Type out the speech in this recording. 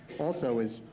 also is,